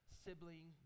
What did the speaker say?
sibling